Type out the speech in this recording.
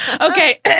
Okay